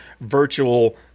virtual